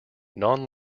non